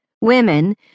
Women